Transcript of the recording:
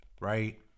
right